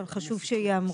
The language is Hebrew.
אבל חשוב שייאמרו.